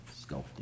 sculpting